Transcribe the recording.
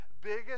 biggest